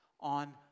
on